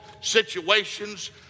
situations